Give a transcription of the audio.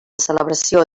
celebració